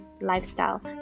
lifestyle